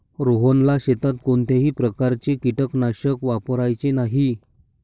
रोहनला शेतात कोणत्याही प्रकारचे कीटकनाशक वापरायचे नाही